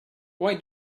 why